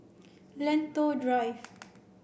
Lentor Drive